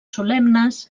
solemnes